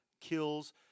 Kills